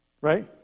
Right